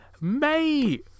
mate